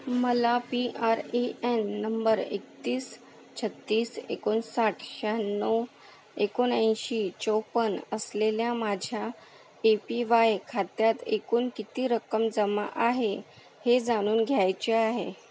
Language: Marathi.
मला पी आर ए एन नंबर एकतीस छत्तीस एकोणसाठ शहाण्णव एकोणऐंशी चौपन्न असलेल्या माझ्या ए पी वाय खात्यात एकूण किती रक्कम जमा आहे हे जाणून घ्यायचे आहे